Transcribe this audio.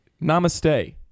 namaste